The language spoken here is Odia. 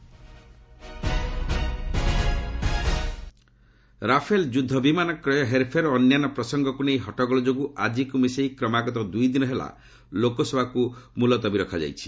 ଏଲ୍ଏସ୍ ଆଡର୍ଜନ ରାଫେଲ ଯୁଦ୍ଧବିମାନ କ୍ରୟ ହେରଫେର ଓ ଅନ୍ୟାନ୍ୟ ପ୍ରସଙ୍ଗକୁ ନେଇ ହଟ୍ଟଗୋଳ ଯୋଗୁଁ ଆଜିକୁ ମିଶାଇ କ୍ରମାଗତ ଦୁଇଦିନ ହେଲା ଲୋକସଭାକୁ ମୁଲତବୀ ରଖାଯାଇଛି